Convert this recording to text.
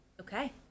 Okay